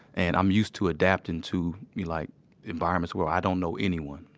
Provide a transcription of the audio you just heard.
and i'm used to adapting to like environments where i don't know anyone,